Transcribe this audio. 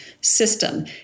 system